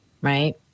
right